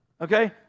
Okay